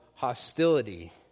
hostility